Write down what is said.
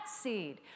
seed